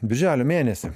birželio mėnesį